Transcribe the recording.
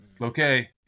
okay